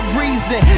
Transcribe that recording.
reason